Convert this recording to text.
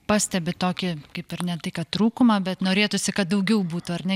pastebit tokį kaip ir ne tai kad trūkumą bet norėtųsi kad daugiau būtų ar ne